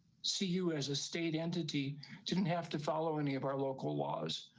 see you as a state entity didn't have to follow any of our local laws.